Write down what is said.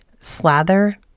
slather